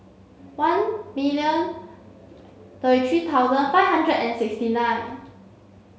ten million thirty three thousand five hundred and sixty nine